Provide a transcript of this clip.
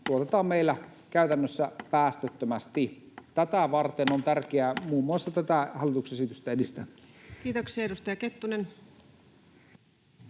tuotetaan meillä käytännössä päästöttömästi. Tätä varten on tärkeää muun muassa tätä hallituksen esitystä edistää. [Speech 276] Speaker: